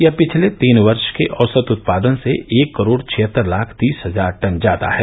यह पिछले तीन वर्ष के औसत उत्पादन से एक करोड़ छिहत्तर लाख तीस हजार टन ज्यादा है